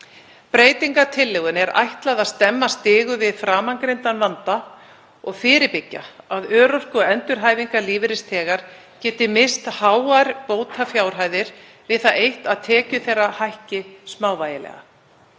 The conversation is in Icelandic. Breytingartillögunni er ætlað að stemma stigu við framangreindum vanda og fyrirbyggja að örorku- og endurhæfingalífeyrisþegar geti misst háar bótafjárhæðir við það eitt að tekjur þeirra hækki smávægilega.